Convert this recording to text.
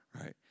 right